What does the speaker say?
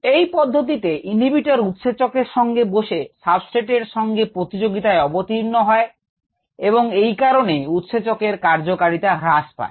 এই পদ্ধতিতে ইনহিবিটর উৎসেচক এর সঙ্গে বসে সাবস্ট্রেট এর সঙ্গে প্রতিযোগিতায় অবতীর্ণ হয় এবং এই কারণে উৎসেচক এর কার্যকারিতা হ্রাস পায়